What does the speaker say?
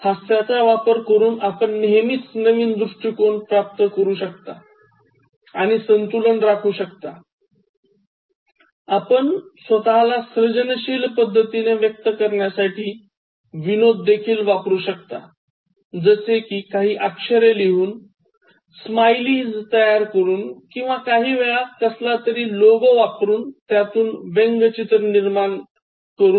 हास्याचा वापर करून आपण नेहमीच नवीन दृष्टीकोन प्राप्त करू शकता आणि संतुलन राखू शकताआपण स्वत ला सर्जनशील पद्धतीने व्यक्त करण्यासाठी विनोद देखील वापरू शकता जसे कि काही अक्षरे लिहून स्माईली तयार करून किंवा काही वेळा कसलातरी लोगो वापरून त्यातून व्यंगचित्र तयार करून